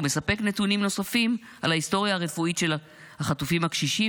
ומספק נתונים נוספים על ההיסטוריה הרפואית של החטופים הקשישים,